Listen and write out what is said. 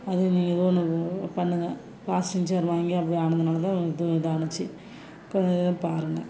அதேமாரி ஏதோ ஒன்று பண்ணுங்க ப்ளாஸ்டிக் சேர் வாங்கி அப்படி ஆனதினால தான் இது இதானுச்சு இப்போ இதை பாருங்க